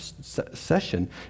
session